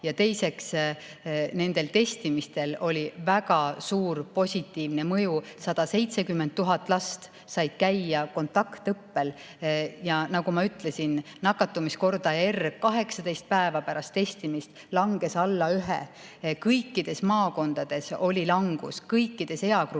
Ja teiseks, nendel testimistel oli väga suur positiivne mõju, 170 000 last sai käia kontaktõppel. Nagu ma ütlesin, nakatumiskordaja R langes 18 päeva pärast testimist alla 1. Kõikides maakondades oli langus, kõikides eagruppides